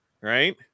right